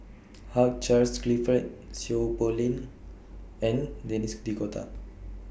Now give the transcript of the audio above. Hugh Charles Clifford Seow Poh Leng and Denis D'Cotta